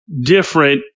different